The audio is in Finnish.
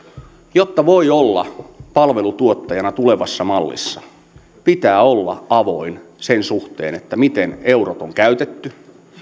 jotta voi olla palvelutuottajana tulevassa mallissa pitää olla avoin sen suhteen miten eurot on käytetty